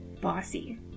bossy